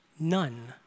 None